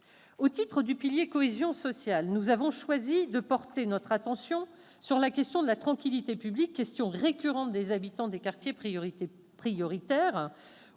Au titre du pilier « cohésion sociale », nous avons choisi de porter notre attention sur la tranquillité publique, question récurrente des habitants des quartiers prioritaires.